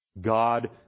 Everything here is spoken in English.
God